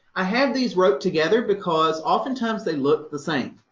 i have these roped together, because oftentimes they look the same,